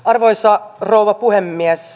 arvoisa rouva puhemies